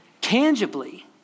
tangibly